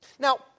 Now